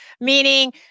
meaning